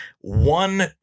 One